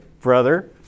brother